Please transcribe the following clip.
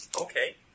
Okay